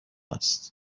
است